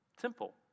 simple